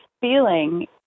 feeling